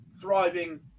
thriving